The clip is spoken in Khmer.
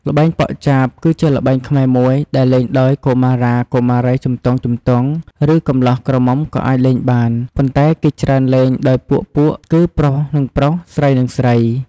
ល្បែងប៉ក់ចាប គឺជាល្បែងខ្មែរមួយដែលលេងដោយកុមារាកុមារីជំទង់ៗ ឬកម្លោះក្រមុំក៏អាចលេងបាន ប៉ុន្តែគេច្រើនលេងដោយពួកៗ គឺប្រុសសុទ្ធតែប្រុស ស្រីសុទ្ធតែស្រី។